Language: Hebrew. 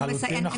לחלוטין.